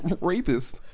rapist